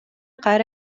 кайра